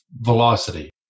velocity